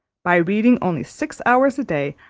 by reading only six hours a-day,